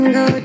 go